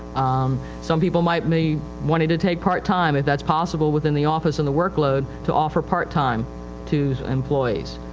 um, some people might be wanting to take part-time if thatis possible within the office and the workload to offer part-time to employees.